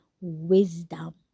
wisdom